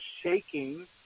shaking